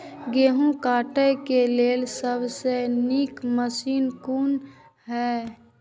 गेहूँ काटय के लेल सबसे नीक मशीन कोन हय?